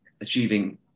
achieving